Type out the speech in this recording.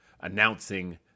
Announcing